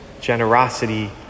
generosity